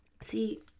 See